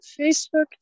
Facebook